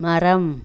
மரம்